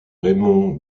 raymond